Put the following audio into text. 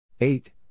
eight